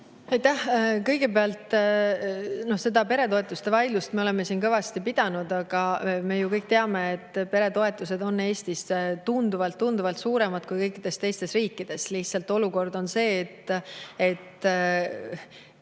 Aitäh! Kõigepealt, seda peretoetuste vaidlust me oleme siin kõvasti pidanud. Me ju kõik teame, et peretoetused on Eestis tunduvalt-tunduvalt suuremad kui kõikides teistes riikides. Lihtsalt olukord on selline, et